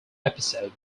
episode